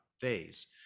Phase